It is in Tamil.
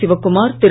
சிவக்குமார் திரு